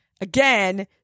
again